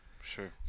sure